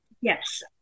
Yes